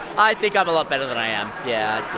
i think i'm a lot better than i am, yeah.